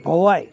ભવાઇ